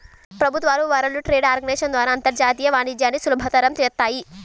ప్రభుత్వాలు World Trade Organization ద్వారా అంతర్జాతీయ వాణిజ్యాన్ని సులభతరం చేత్తాయి